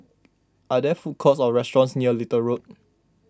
are there food courts or restaurants near Little Road